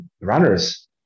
runners